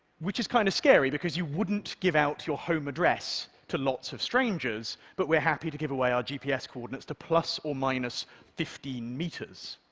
which is kind of scary because you wouldn't give out your home address to lots of strangers, but we're happy to give away our gps coordinates to plus or minus fifteen meters.